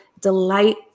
delight